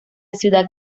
ciudad